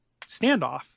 standoff